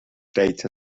data